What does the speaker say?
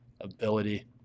ability